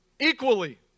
equally